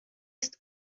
ist